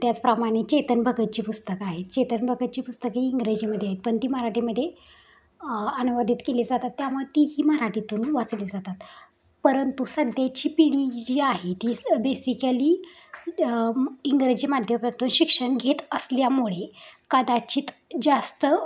त्याचप्रमाणे चेतन भगतची पुस्तकं आहेत चेतन भगतची पुस्तक ही इंग्रजीमध्ये आहेत पण ती मराठीमध्ये अनुवादित केली जातात त्यामुळे तीही मराठीतून वाचली जातात परंतु सध्याची पिढी जी आहे ती बेसिकली इंग्रजी माध्यमातून शिक्षण घेत असल्यामुळे कदाचित जास्त